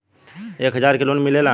एक हजार के लोन मिलेला?